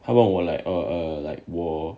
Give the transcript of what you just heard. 他问我 like err like 我